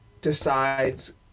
decides